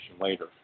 later